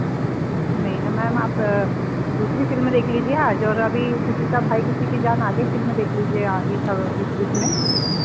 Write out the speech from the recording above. नहीं न मैम आप दूसरी फ़िल्म देख लीजिए आज और अभी किसी का भाई किसी की जान आधी फ़िल्म देख लीजिए इस बीच में